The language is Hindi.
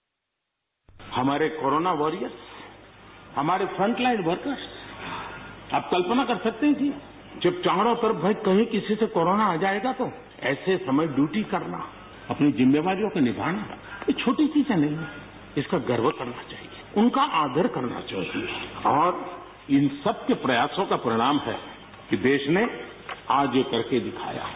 बाइट हमारे कोरोना वॉरियर्स हमारे फ्रंट लाइन वर्कर्स आप कल्पना कर सकते हैं कि जब चारों तरफ भय कहीं किसी से कोरोना आ जाएगा तो ऐसे समय ड्यूटी करना अपनी जिम्मेवारियों को निभाना छोटी चीजों पर गर्व होना चाहिए उनका आदर करना चाहिए और इन सबके प्रयासों को प्रणाम करें कि देश ने आज ये करके दिखाया है